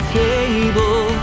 table